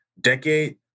decade